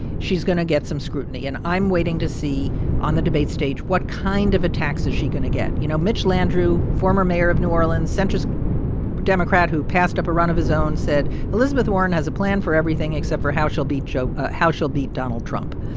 she's going to get some scrutiny. and i'm waiting to see on the debate stage what kind of attacks is she going to get you know, mitch landrieu, former mayor of new orleans, centrist democrat who passed up a run of his own, said elizabeth warren has a plan for everything except for how she'll be joe ah how she'll beat donald trump.